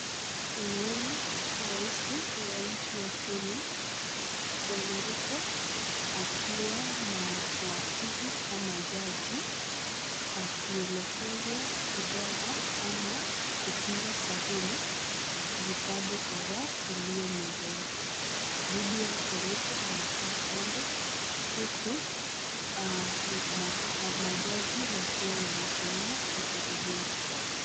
Tunaona rais wa nchi ya Kenya, Bwana Ruto, akiwa na wakili ama jaji akielekezwa kujaza ama kupiga sahini vitabu kadhaa iliyo meza yake. Bibi ya Kericho amekaa kando, huku majaji wakiwa wamesimama kushuhudia.